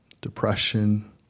depression